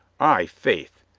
ay, faith.